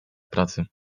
pracy